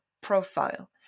profile